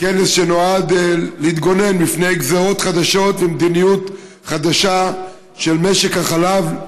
כנס שנועד להתגונן מפני גזרות חדשות ומדיניות חדשה של משק החלב: